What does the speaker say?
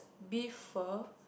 beef pho